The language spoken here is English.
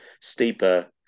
steeper